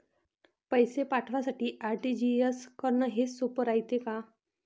पैसे पाठवासाठी आर.टी.जी.एस करन हेच सोप रायते का?